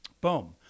boom